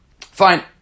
Fine